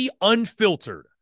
Unfiltered